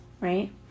right